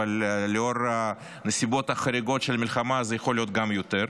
אבל לאור הנסיבות החריגות של המלחמה זה יכול להיות גם יותר.